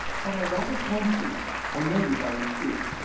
but i rather fancy i know you by repute.